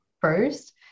first